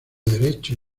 derecho